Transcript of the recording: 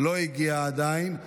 חוק אחד,